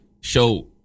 show